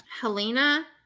Helena